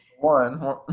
one